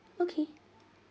okay